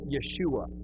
Yeshua